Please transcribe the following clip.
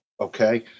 Okay